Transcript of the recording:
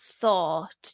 thought